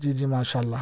جی جی ماشاء اللہ